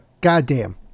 goddamn